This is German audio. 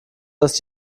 das